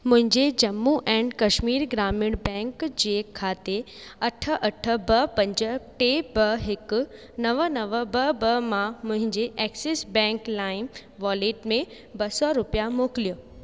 मुंहिंजे जम्मू एंड कश्मीर ग्रामीण बैंक जे खाते अठ अठ ब पंज टे ॿ हिकु नव नव ॿ ॿ मां मुंहिंजे एक्सिस बैंक लाइम वॉलेट में ॿ सौ रुपिया मोकिलियो